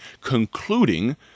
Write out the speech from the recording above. concluding